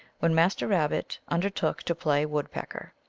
when master rabbit undertook to play woodpecker.